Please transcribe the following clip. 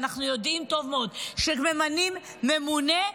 ואנחנו יודעים טוב מאוד שכשממנים ממונה,